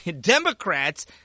democrats